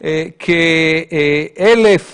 כ-1,000